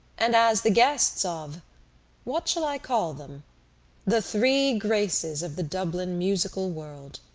and as the guests of what shall i call them the three graces of the dublin musical world.